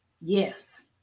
Yes